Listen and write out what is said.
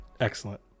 Excellent